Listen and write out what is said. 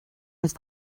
roedd